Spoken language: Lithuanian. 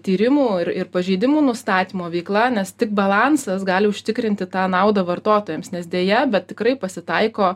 tyrimų ir ir pažeidimų nustatymo veikla nes tik balansas gali užtikrinti tą naudą vartotojams nes deja bet tikrai pasitaiko